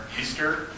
Easter